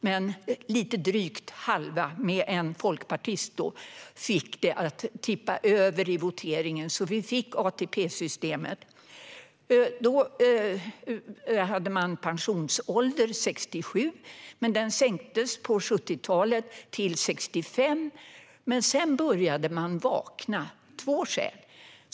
Men drygt halva riksdagen, med en folkpartist, fick det att tippa över i voteringen, så att vi fick ATP-systemet. Då var pensionsåldern 67 år, men den sänktes på 1970-talet till 65 år. Sedan började man vakna av två skäl.